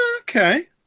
Okay